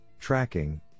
tracking